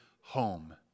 home